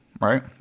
right